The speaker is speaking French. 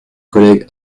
collègues